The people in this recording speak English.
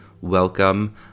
welcome